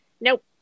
nope